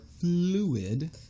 fluid